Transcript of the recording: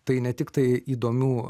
tai ne tiktai įdomių